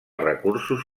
recursos